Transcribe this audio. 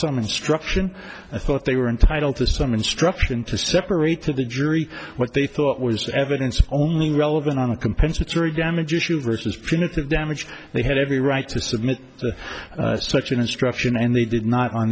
some instruction i thought they were entitled to some instruction to separate to the jury what they thought was the evidence only relevant on a compensatory damages you versus punitive damage they had every right to submit to such an instruction and they did not on